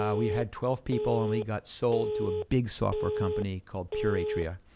um we had twelve people, and we got sold to a big software company, called pure atria,